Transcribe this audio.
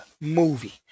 movie